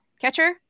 catcher